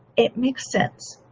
it makes sense.